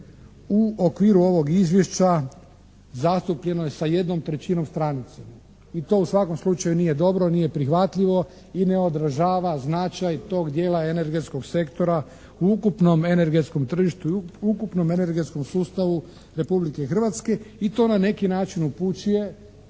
u okviru ovog izvješća zastupljeno je sa 1/3 stranice i to u svakom slučaju nije dobro, nije prihvatljivo i ne odražava značaj tog dijela energetskog sektora u ukupnom energetskom tržištu i ukupnom energetskom sustavu Republike Hrvatske i to na neki način upućuje